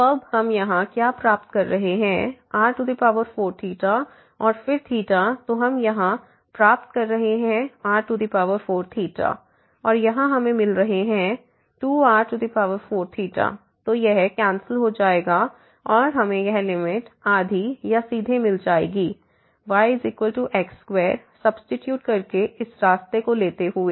तो अब हम यहाँ क्या प्राप्त कर रहे हैं r4 और फिर तो हम यहाँ प्राप्त कर रहे हैं r4 और यहाँ हमें मिल रहे हैं 2r4 तो यह कैंसिल हो जाएगा और हमें यह लिमिट आधी या सीधे मिल जाएगी yx2 सब्सीट्यूट करके इस रास्ते को लेते हुए